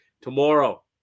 tomorrow